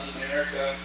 America